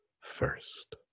first